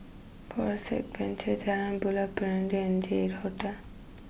Forest Adventure Jalan Buloh Perindu and J eight Hotel